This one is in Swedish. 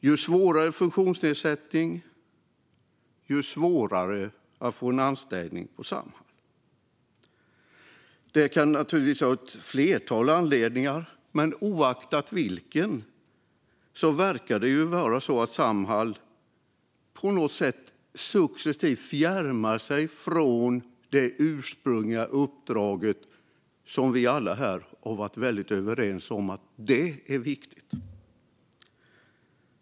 Ju svårare funktionsnedsättning, desto svårare att få anställning på Samhall. Det kan naturligtvis finnas ett flertal anledningar till detta, men oavsett vilken verkar det vara så att Samhall på något sätt successivt fjärmar sig från det ursprungliga uppdraget, som vi alla här har varit överens om är viktigt.